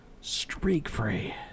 Streak-free